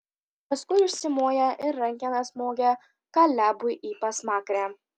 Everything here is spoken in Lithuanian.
paskui užsimoja ir rankena smogia kalebui į pasmakrę